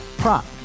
prop